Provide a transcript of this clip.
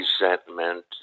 resentment